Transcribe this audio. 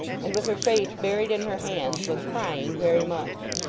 and with her face buried in her hands was crying very much.